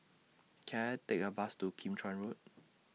Can I Take A Bus to Kim Chuan Road